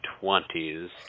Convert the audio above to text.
twenties